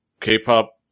K-pop